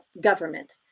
government